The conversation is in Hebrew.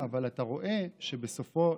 אבל אתה רואה שבסופו,